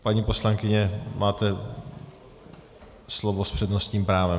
Paní poslankyně, máte slovo s přednostním právem.